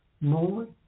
more